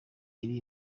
iri